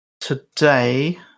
today